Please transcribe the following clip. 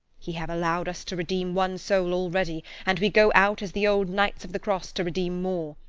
he have allowed us to redeem one soul already, and we go out as the old knights of the cross to redeem more.